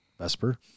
vesper